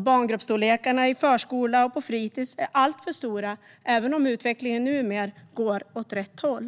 Barngruppsstorlekarna i förskolan och på fritis är alltför stora, även om utvecklingen nu går åt rätt håll.